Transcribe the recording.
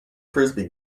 frisbee